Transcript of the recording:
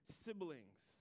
siblings